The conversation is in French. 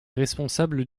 responsable